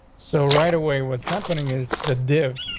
so right away, what's happening is the div.